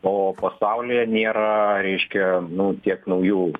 o pasaulyje nėra reiškia nu tiek naujų